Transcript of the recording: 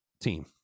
team